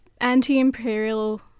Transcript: anti-imperial